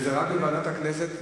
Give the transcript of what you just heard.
זה רק לוועדת הכנסת.